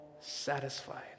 satisfied